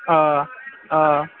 آ آ